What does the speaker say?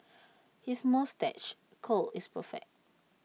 his moustache curl is perfect